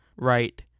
right